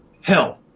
Hell